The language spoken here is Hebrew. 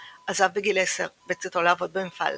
היה אנרכיסט אמריקאי שהתנקש בחייו של נשיא ארצות הברית ויליאם מקינלי.